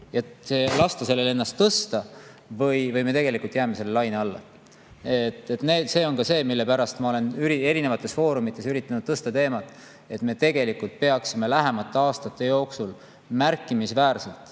lasta sellel ennast tõsta või me tegelikult jääme selle laine alla. See on see, mille pärast ma olen erinevates foorumites üritanud tõsta teemat, et me tegelikult peaksime lähemate aastate jooksul märkimisväärselt